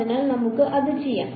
അതിനാൽ നമുക്ക് അത് ചെയ്യാം